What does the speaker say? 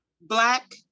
Black